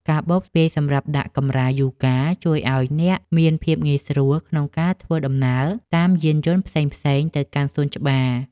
កាបូបស្ពាយសម្រាប់ដាក់កម្រាលយូហ្គាជួយឱ្យអ្នកមានភាពងាយស្រួលក្នុងការធ្វើដំណើរតាមយានយន្ដផ្សេងៗទៅកាន់សួនច្បារ។